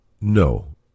No